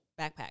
backpack